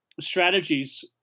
strategies